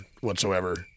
whatsoever